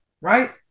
right